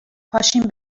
پاشیم